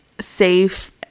safe